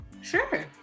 sure